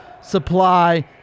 supply